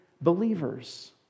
believers